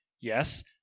Yes